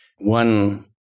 One